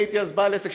אני הייתי אז בעל עסק,